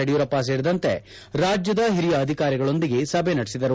ಯಡಿಯೂರಪ್ಪ ಸೇರಿದಂತೆ ರಾಜ್ಯದ ಹಿರಿಯ ಅಧಿಕಾರಿಗಳೊಂದಿಗೆ ಸಭೆ ನಡೆಸಿದರು